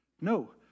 No